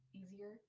easier